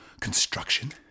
construction